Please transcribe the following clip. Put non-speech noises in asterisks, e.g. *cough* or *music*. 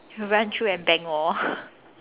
run through and bang wall *breath*